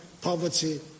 poverty